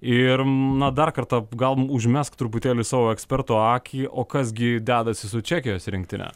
ir na dar kartą gal užmesk truputėlį savo eksperto akį o kas gi dedasi su čekijos rinktine